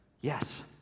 yes